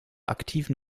aktiven